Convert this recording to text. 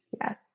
Yes